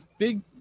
Big